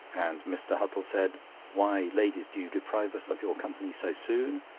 and mr. huttle said why, ladies, do you deprive us of your company so soon?